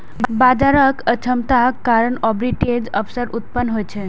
बाजारक अक्षमताक कारण आर्बिट्रेजक अवसर उत्पन्न होइ छै